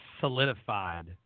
solidified